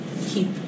keep